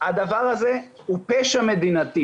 הדבר הזה הוא פשע מדינתי